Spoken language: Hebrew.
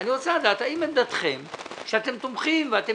אני רוצה לדעת האם עמדתכם היא שאתם תומכים ואתם